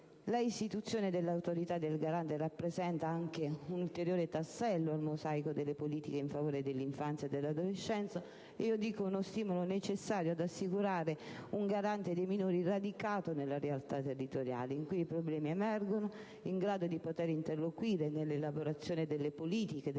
L'istituzione dell'Autorità garante rappresenta un ulteriore tassello al mosaico delle politiche in favore dell'infanzia e dell'adolescenza ed uno stimolo necessario ad assicurare un «garante» dei minori radicato nella realtà territoriale in cui i problemi emergono, in grado di interloquire nella elaborazione delle politiche sociali,